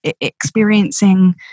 experiencing